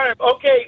Okay